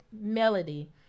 Melody